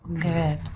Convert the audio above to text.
Good